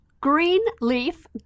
Greenleaf